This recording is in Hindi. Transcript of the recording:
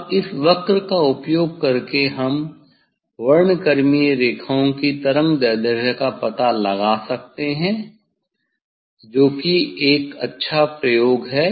अब इस वक्र का उपयोग करके हम वर्णक्रमीय रेखाओं की तरंगदैर्ध्य का पता लगा सकते हैं जो कि एक अच्छा प्रयोग है